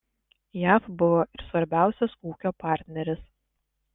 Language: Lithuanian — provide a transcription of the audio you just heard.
jav buvo ir svarbiausias ūkio partneris